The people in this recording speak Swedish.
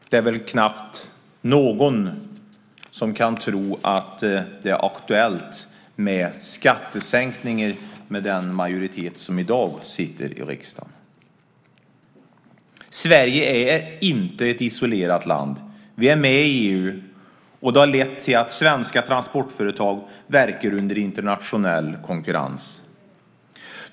Det är väl knappt någon som kan tro att det är aktuellt med skattesänkningar med den majoritet som i dag sitter i riksdagen. Sverige är inte ett isolerat land. Vi är med i EU, och det har lett till att svenska transportföretag verkar under internationell konkurrens.